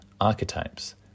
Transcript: archetypes